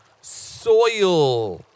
Soil